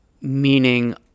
Meaning